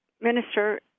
minister